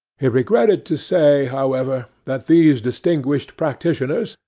he regretted to say, however, that these distinguished practitioners,